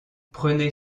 prenez